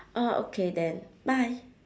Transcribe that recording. orh okay then bye